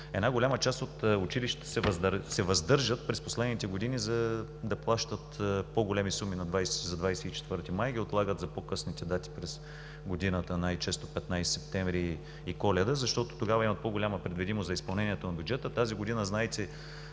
Една голяма част от училищата през последните години се въздържат да плащат по-големи суми за 24 май и ги отлагат за по-късни дати през годината – най-често 15 септември и Коледа, защото тогава имат по-голяма предвидимост за изпълнението на бюджета. Тази година, знаете,